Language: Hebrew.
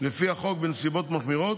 מהוראות לפי החוק בנסיבות מחמירות,